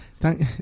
Thank